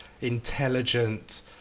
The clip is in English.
intelligent